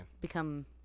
become